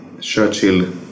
Churchill